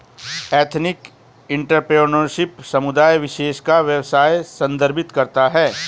ethnic entrepreneurship समुदाय विशेष का व्यवसाय संदर्भित करता है